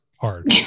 hard